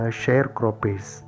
sharecroppers